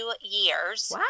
years